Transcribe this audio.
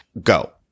go